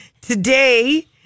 today